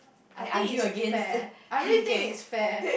I think it's fair I really think it's fair